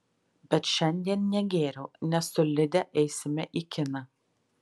bet šiandien negėriau nes su lide eisime į kiną